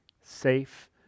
safe